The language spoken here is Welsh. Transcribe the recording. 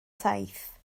saith